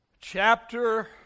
chapter